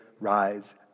rise